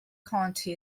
county